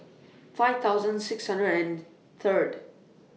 five thousand six hundred and Third